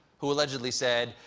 who allegedly said,